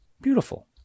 Beautiful